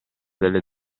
delle